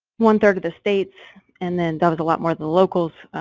one third of the states, and then that was a lot more than the locals,